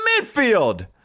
midfield